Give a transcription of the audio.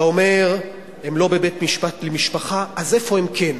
אתה אומר: הם לא בבית-משפט למשפחה, אז איפה הם כן.